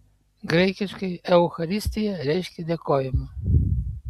graikiškai eucharistija reiškia dėkojimą